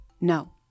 No